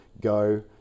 go